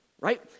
right